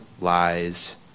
Lies